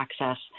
access